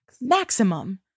Maximum